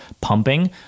pumping